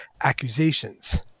accusations